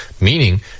Meaning